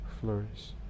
flourish